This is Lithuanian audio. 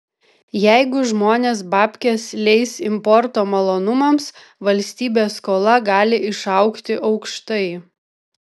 jeigu žmonės babkes leis importo malonumams valstybės skola gali išaugti aukštai